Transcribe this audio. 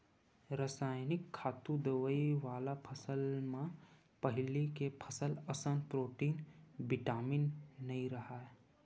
रसइनिक खातू, दवई वाला फसल म पहिली के फसल असन प्रोटीन, बिटामिन नइ राहय